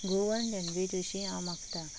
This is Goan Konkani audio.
गोवन लेग्वेज अशीं हांव मागता